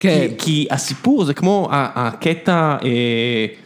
‫כי הסיפור זה כמו... ‫הקטע ...